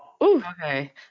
Okay